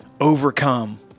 overcome